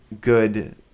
good